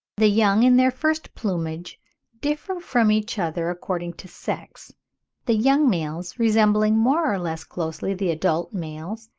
the young in their first plumage differ from each other according to sex the young males resembling more or less closely the adult males,